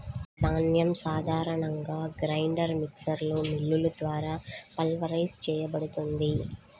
ధాన్యం సాధారణంగా గ్రైండర్ మిక్సర్లో మిల్లులు ద్వారా పల్వరైజ్ చేయబడుతుంది